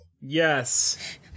Yes